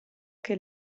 che